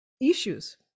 issues